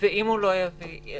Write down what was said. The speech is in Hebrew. ואם הוא לא יביא?